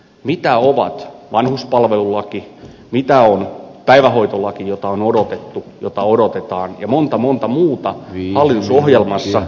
mitä ovat vanhuspalvelulaki päivähoitolaki jota odotetaan ja monta monta muuta hallitusohjelmassa mainittua lakia